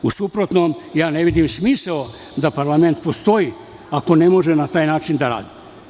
U suprotnom, ne vidim smisao da parlament postoji, ako ne može na taj način da radi.